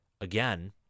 again